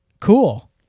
cool